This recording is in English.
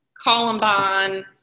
Columbine